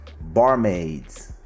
barmaids